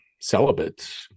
celibate